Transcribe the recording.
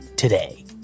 Today